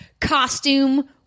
Costume